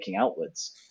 outwards